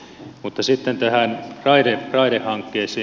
mutta sitten näihin raidehankkeisiin